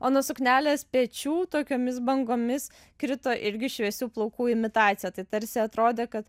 o nuo suknelės pečių tokiomis bangomis krito irgi šviesių plaukų imitacija tai tarsi atrodė kad